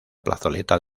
plazoleta